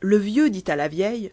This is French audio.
le vieux dit a la vieille